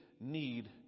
need